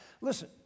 listen